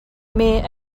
meh